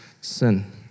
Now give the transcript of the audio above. sin